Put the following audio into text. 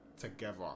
together